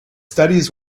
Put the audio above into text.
studies